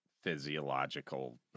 Physiological